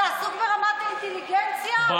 אתה עסוק ברמת האינטליגנציה?